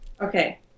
Okay